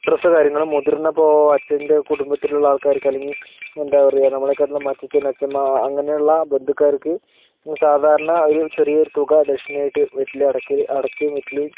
dress കാര്യങ്ങൾ മുതിർന്ന ഇപ്പോൾ അച്ഛൻറെ കുടുംബത്തിലുള്ള ആൾക്കാർക്ക് അല്ലെങ്കിൽ എന്താ പറയുക നമ്മളെക്കാട്ടിലും അച്ചച്ചൻ അച്ഛമ്മ അങ്ങനെയുള്ള ബന്ധുക്കാർക്ക് സാധാരണ ഒരു ചെറിയൊരു തുക ദക്ഷിണ ആയിട്ട് വെറ്റില അടക്കയില് അടക്കയും വെറ്റിലയും